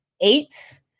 eight